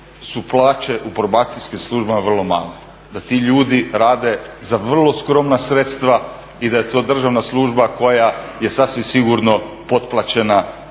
su plaće u probacijskim službama vrlo male, da ti ljudi rade za vrlo skromna sredstva i da je to državna služba koja je sasvim sigurno potplaćena.